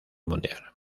mundial